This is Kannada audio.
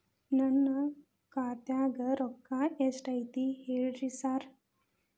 ನನ್ ಖಾತ್ಯಾಗ ರೊಕ್ಕಾ ಎಷ್ಟ್ ಐತಿ ಹೇಳ್ರಿ ಸಾರ್?